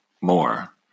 more